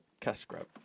CashGrab